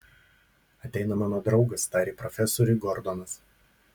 ateina mano draugas tarė profesoriui gordonas